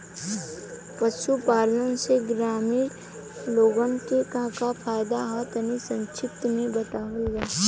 पशुपालन से ग्रामीण लोगन के का का फायदा ह तनि संक्षिप्त में बतावल जा?